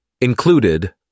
included